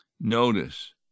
Notice